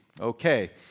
Okay